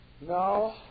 No